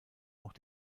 auch